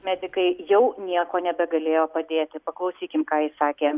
medikai jau nieko nebegalėjo padėti paklausykim ką jis sakė